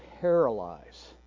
paralyze